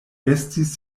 estis